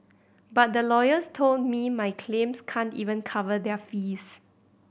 but the lawyers told me my claims can't even cover their fees